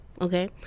okay